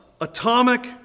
atomic